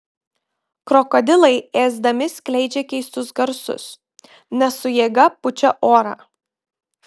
krokodilai ėsdami skleidžia keistus garsus nes su jėga pučia orą